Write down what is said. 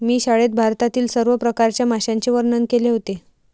मी शाळेत भारतातील सर्व प्रकारच्या माशांचे वर्णन केले होते